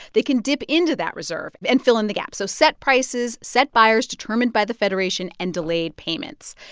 they can dip into that reserve and fill in the gaps so set prices, set buyers determined by the federation and delayed payments.